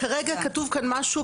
כרגע כתוב פה משהו,